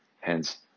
hence